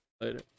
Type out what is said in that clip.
Later